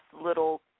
little